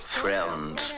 friends